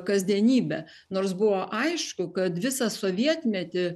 kasdienybę nors buvo aišku kad visą sovietmetį